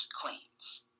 queens